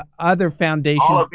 ah other foundations.